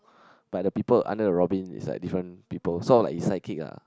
but the people under the Robin is like different people sort of like his sidekick ah